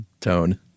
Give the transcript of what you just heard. tone